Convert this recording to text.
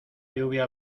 lluvia